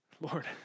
Lord